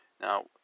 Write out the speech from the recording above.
Now